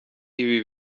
ibi